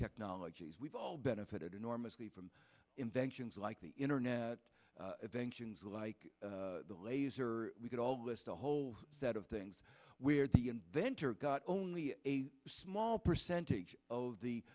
technologies we've all benefited enormously from inventions like the internet like the laser we could all list a whole set of things where the inventor got only a small percentage of the